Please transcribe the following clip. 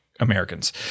Americans